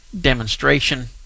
demonstration